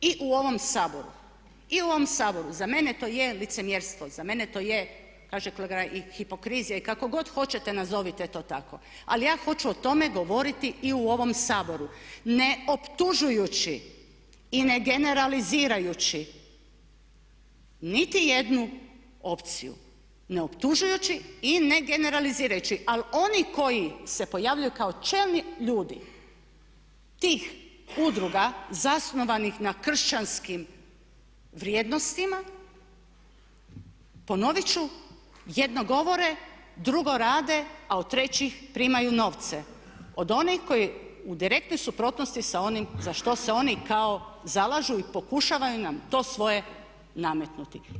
I u ovom Saboru za mene je to licemjerstvo, za mene je to kaže kolega … i hipokrizija i kako god hoćete nazovite to tako ali ja hoću o tome govoriti i u ovom saboru, ne optužujući ne generalizirajući niti jednu opciju, ne optužujući i ne generalizirajući ali oni koji se pojavljuju kao čelni ljudi tih udruga zasnovanih na kršćanskim vrijednostima ponovit ću jednog govore, drugo rade a od trećih primaju novce, od onih koji u direktnoj suprotnosti sa onim za što se oni kao zalažu i pokušavaju nam to svoje nametnuti.